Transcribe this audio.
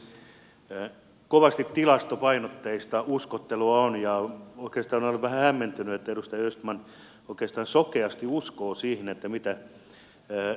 kovasti tilastopainotteista uskottelua on ja oikeastaan olen vähän hämmentynyt että edustaja östman oikeastaan sokeasti uskoo siihen mitä indeksit kertovat